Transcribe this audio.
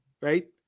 Right